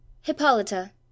hippolyta